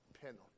penalty